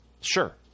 Sure